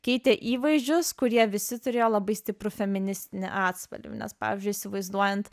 keitė įvaizdžius kurie visi turėjo labai stiprų feministinį atspalvį nes pavyzdžiui įsivaizduojant